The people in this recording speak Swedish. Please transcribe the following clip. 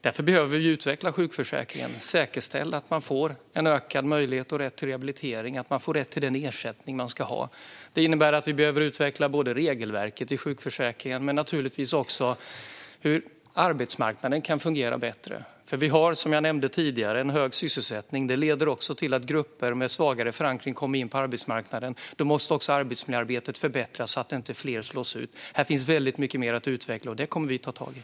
Därför behöver vi utveckla sjukförsäkringen och säkerställa att man får en ökad möjlighet och rätt till rehabilitering samt att man får rätt till den ersättning man ska ha. Det innebär att vi både behöver utveckla regelverket i sjukförsäkringen och se över hur arbetsmarknaden kan fungera bättre. Vi har, som jag nämnde tidigare, en hög sysselsättning. Detta leder till att grupper med svagare förankring kommer in på arbetsmarknaden. Då måste också arbetsmiljöarbetet förbättras så att inte fler slås ut. Här finns väldigt mycket mer att utveckla, och det kommer vi att ta tag i.